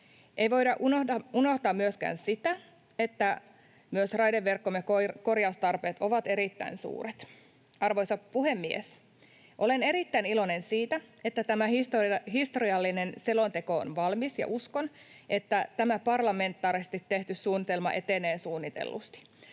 Ei voida unohtaa myöskään sitä, että myös raideverkkomme korjaustarpeet ovat erittäin suuret. Arvoisa puhemies! Olen erittäin iloinen siitä, että tämä historiallinen selonteko on valmis, ja uskon, että tämä parlamentaarisesti tehty suunnitelma etenee suunnitellusti.